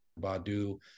Badu